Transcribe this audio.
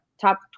top